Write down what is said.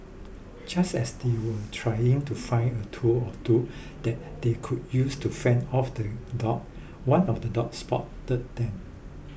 just as they were trying to find a tool or two that they could use to fend off the dogs one of the dogs spotted them